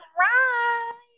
right